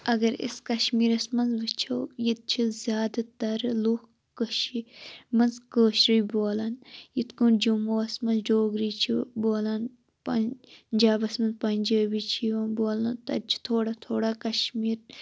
اَگَر أسۍ کَشمیرَس منٛز وُچھو ییٚتہِ چھِ زیادٕ تَر لُکھ کٔشیرِ منٛز کٲشرُے بولان یتھ کٔنۍ جعمو وَس منٛز ڈوگری چھِ بولان پنجابس منٛز پَنجٲبی چھِ یِوان بولنہٕ تَتہِ چھِ تھوڑا تھوڑا کَشمیر